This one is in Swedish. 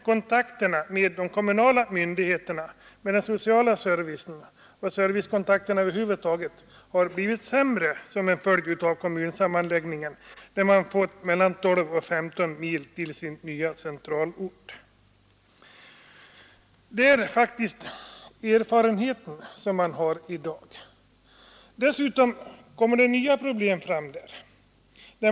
Kontakterna med kommunala myndigheter och servicekontakterna över huvud taget har blivit sämre som en följd av kommunsammanläggningen, när man har fått 12—15 mil till sin nya centralort. Det är faktiskt den erfarenhet som man har i dag. Dessutom uppstår nya problem.